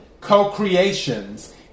co-creations